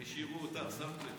הם השאירו אותך, שמת לב.